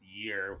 year